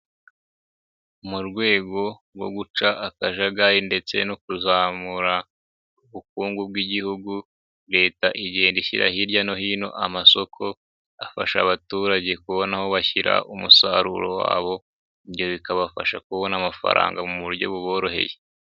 Mu rwego rwo guca akajagari ndetse no kuzamura, ubukungu bw'igihugu, leta igenda ishyira hirya no hino amasoko, afasha abaturage kubona aho bashyira umusaruro wabo, ibyo bikabafasha kubona amafaranga mu buryo buboroheye.